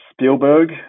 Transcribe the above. Spielberg